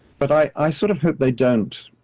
but i, i sort of hope they don't.